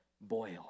boil